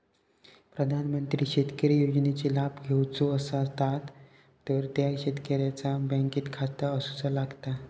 प्रधानमंत्री शेतकरी योजनेचे लाभ घेवचो असतात तर त्या शेतकऱ्याचा बँकेत खाता असूचा लागता